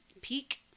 peak